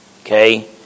Okay